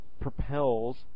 propels